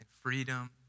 freedom